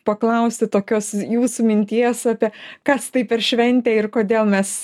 paklausti tokios jūsų minties apie kas tai per šventė ir kodėl mes